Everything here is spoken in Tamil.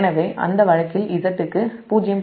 எனவே அந்த வழக்கில் Z க்கு 0